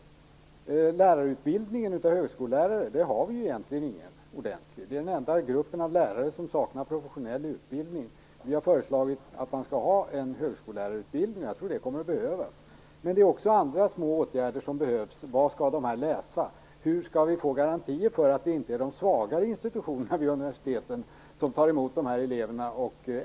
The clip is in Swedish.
Någon ordentlig utbildning av högskolelärare har vi egentligen inte. Det är den enda gruppen av lärare som saknar professionell utbildning. Vi har föreslagit att man skall ha en högskolelärarutbildning. Jag tror det kommer att behövas. Men det behövs också andra små åtgärder. Vad skall studenterna läsa? Hur skall vi får garantier för att det inte är de svagare institutionerna vid universiteten som tar emot eleverna?